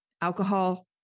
Alcohol